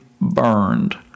burned